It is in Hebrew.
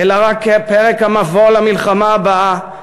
אלא רק פרק המבוא למלחמה הבאה,